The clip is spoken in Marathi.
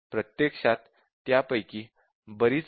प्रत्यक्षात त्यापैकी बरीच आहेत